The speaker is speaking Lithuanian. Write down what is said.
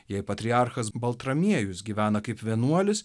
jei patriarchas baltramiejus gyvena kaip vienuolis